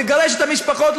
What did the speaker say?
לגרש את המשפחות,